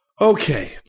Okay